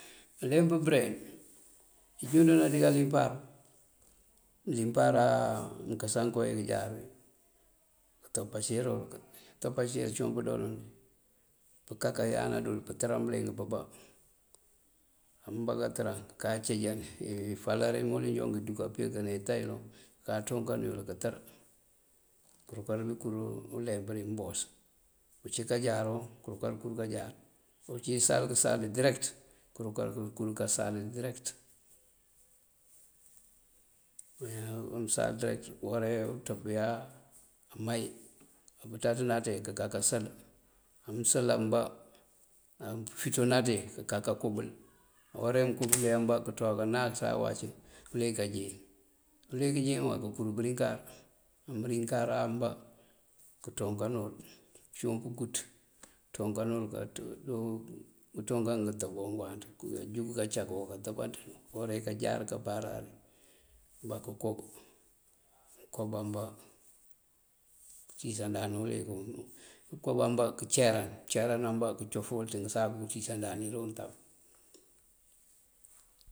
Uleemp bëreŋ, ngëënkurëná ţí káalímpar. Këëlímpáará, amëënkëës kowí këënjáar uwí, këëntopáaciir uwul. Pëëntopáaciir ciiyun pëëndolun pëënkáaká yánándul, pëëntëran bëreŋ pëëmbá. Ambá káantëran, këën kaaţíinjan ifalar imul indoo irúka pëëyek dí itáyiloŋ káanţúunkan iyël këëntër umul uwí, këënkur uleemp dí mbos. Ucí káanjáar këërúunká káankur káanjar. Ucí isalëkësal direkët, këërúunká káankur káasal direkët. Mëëya mëënsal direkët, uhora uwí unţëëpëwí aawúumay apëţaţ náanţee këënkáanka sël. Amëësël amba, aficoŋ náanţee këënkáa káankúubël. Uhora uwí kúubëwul amba, këënţúwá káanáakësa á uliyëk káanjíyëŋ. Uliyëk jíyëëmba këënkur pëërinkar mëënrinkar amba, këënţúunkan uwul. Cíiwun pëënkúuţ këënţúunkan uwul. Kanţúunkan kaadoo ngëënţúunkan ngëëtëb o ngëëwanţ. Këërúu káanjump káancag káantëbánţin. Uhora uwí káanjáar këëmpáarár uwí ambá këënkob, mëëkëënkob ambá këëntíisandan uliyëku, mëëkëënkob ambá këënceeran mëënceeran ambá këcof uwël dí ngëësa këëntíisandan untamb.